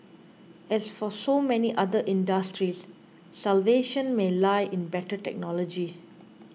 as for so many other industries salvation may lie in better technology